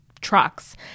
trucks